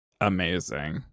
amazing